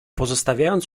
pozostawiając